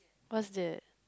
what is it